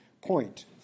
point